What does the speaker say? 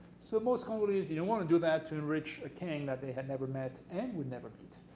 so most congolese didn't want to do that to enrich a king that they had never met and would never meet.